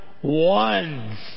one